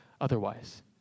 otherwise